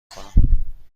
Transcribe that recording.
کنم